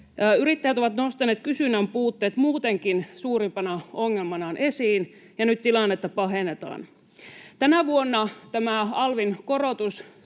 Yrittäjät ovat nostaneet kysynnän puutteet muutenkin suurimpana ongelmanaan esiin, ja nyt tilannetta pahennetaan. Tänä vuonna tämä alvin korotus